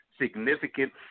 significant